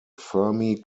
fermi